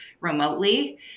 remotely